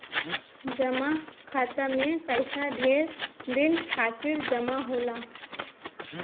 जमा खाता मे पइसा ढेर दिन खातिर जमा होला